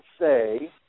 say